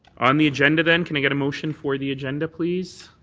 on the agenda and can i get a motion for the agenda, please?